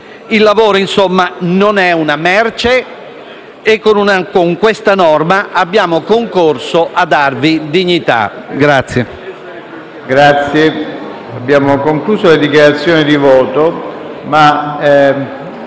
Il lavoro, insomma, non è una merce e con questa norma abbiamo concorso a darvi dignità.